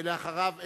ואחריו,